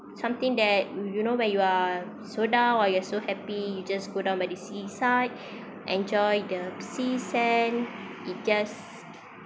something that you you know where you are so down or you're so happy you just go down by the seaside enjoy the sea sand it just